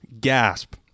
gasp